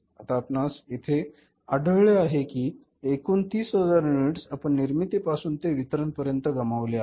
आता आपणास येथे आढळले आहे कि एकूण 30000 युनिट्स आपण निर्मिती पासून ते वितरण पर्यंत गमावले आहेत